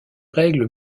règles